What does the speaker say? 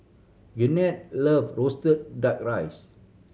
Gwyneth loves roasted Duck Rice